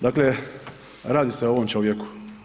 Dakle, radi se o ovom čovjeku.